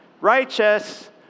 righteous